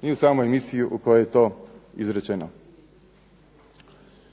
ni u samoj emisiji u kojoj je to izrečeno.